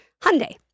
Hyundai